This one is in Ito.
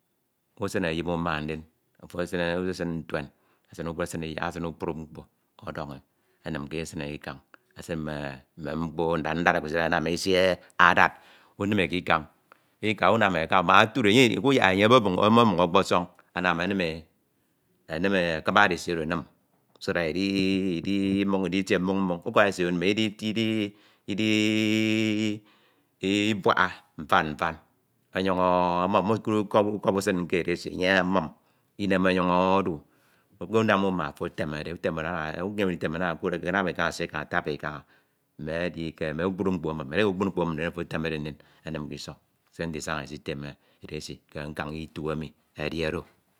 Usin eyin uma ndin, efo esine usesin ntuen, nte owu ekpesin iyak esin kpukpru mkpo odone, enime esine ke ikan esin mme mkpo ndad ndad esidade eneme isie adad unime ke ikañ mak otudo, kuyak e enye onomoño okposọñ anam enim ekubade esi oro enim, so that idi idi mmoñ idike mmon muon ukuba esi oro ndin enye idi odii ibuakha, mfan mfan, onyum o o mosu ukop usin ke edisi enye amun inem o̱nyuñ odu unam uma ofo etemere, uyem nditemere ana anam kana esie kaña, atabire kaña ine edike kpukpru mkpo amun, edieke kpukpru mkpo ammude ndim ofo etemere ndim enim ke isoñ. Se nte isi som̃ade item edesi ke nkañ itu emi edi ori.